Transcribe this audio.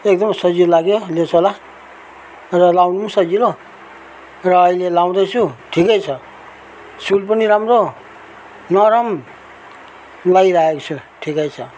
एकदम सजिलो लाग्यो लेसवाला र लगाउनु पनि सजिलो र अहिले लगाउँदैछु ठिकै छ सोलपनि राम्रो नरम लगाइरहेको छु ठिकै छ